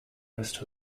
rest